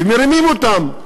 ומרימים אותם,